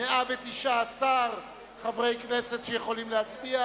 119 חברי כנסת שיכולים להצביע,